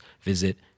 visit